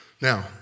Now